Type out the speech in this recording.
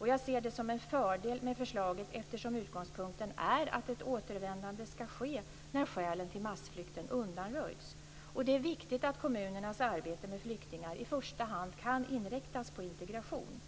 Jag ser det som en fördel med förslaget eftersom utgångspunkten är att ett återvändande ska ske när skälen till massflykten undanröjts. Det är viktigt att kommunernas arbete med flyktingar i första hand kan inriktas på integration.